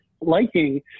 liking